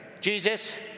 Jesus